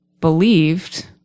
believed